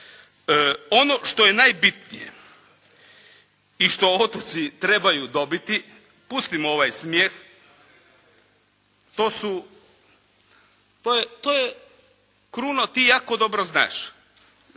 Ono što je najbitnije i što otoci trebaju dobiti, pustimo ovaj smijeh, to je Kruno ti jako dobro znaš,